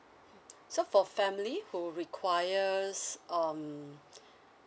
so for family who requires um